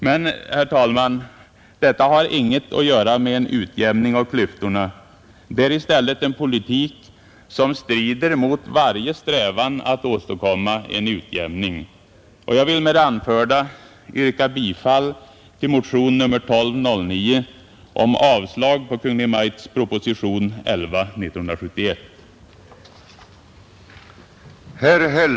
Men, herr talman, detta har inget att göra med en utjämning av klyftorna. Detta är i stället en politik, som strider mot varje strävan att åstadkomma en utjämning. Jag vill med det anförda yrka bifall till